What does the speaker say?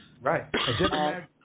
Right